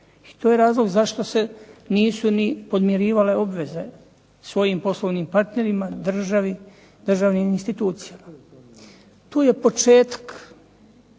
I to je razlog zašto se nisu ni podmirivale obveze svojim poslovnim partnerima, državi, državnim institucijama. Tu je početak,